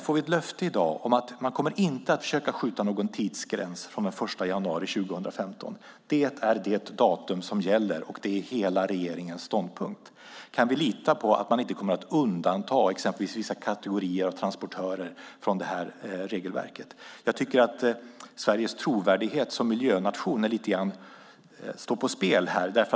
Får vi ett löfte i dag om att man inte kommer att försöka skjuta upp tidsgränsen från den 1 januari 2015, att det är det datum som gäller och att det är hela regeringens ståndpunkt? Kan vi lita på att man inte kommer att undanta exempelvis vissa kategorier av transportörer från regelverket? Sveriges trovärdighet som miljönation står lite grann på spel.